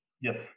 yes